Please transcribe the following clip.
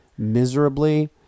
miserably